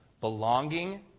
Belonging